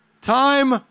Time